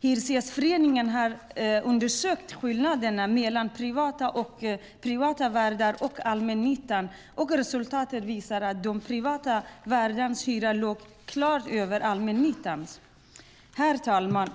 Hyresgästföreningen har undersökt skillnaden mellan privata värdar och allmännyttan, och resultatet visade att de privata värdarnas hyra låg klart över allmännyttans. Herr talman!